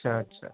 اچھا اچھا